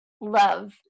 love